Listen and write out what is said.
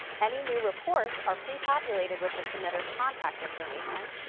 any new reports are pre-populated with the submitter's contact information.